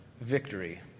victory